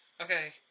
Okay